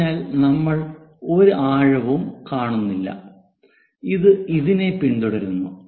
അതിനാൽ നമ്മൾ ഒരു ആഴവും കാണുന്നില്ല ഇത് ഇതിനെ പിന്തുടരുന്നു